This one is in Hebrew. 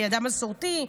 אדם מסורתי,